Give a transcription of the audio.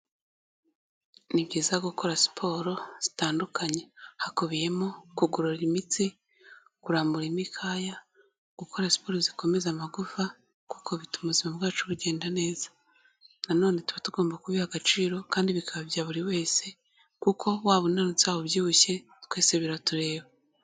Ni byiza gukora siporo zitandukanye, hakubiyemo kugorora imitsi, kurambura imikaya, gukora siporo zikomeza amagufa, kuko bituma ubuzima bwacu bugenda neza, na none tuba tugomba kubiha agaciro, kandi bikaba ibya buri wese, kuko waba unanutse waba ubyibushye twese biratureba.